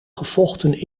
gevochten